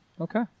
Okay